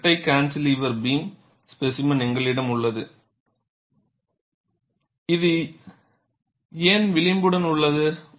இந்த இரட்டை cantilever beam specimen எங்களிடம் உள்ளதுஅது ஏன் விளிம்புடன் உள்ளது